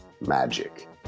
magic